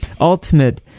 Ultimate